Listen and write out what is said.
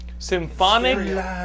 Symphonic